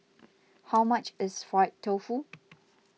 how much is Fried Tofu